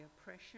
oppression